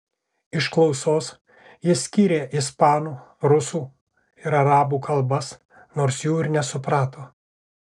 iš klausos jis skyrė ispanų rusų ir arabų kalbas nors jų ir nesuprato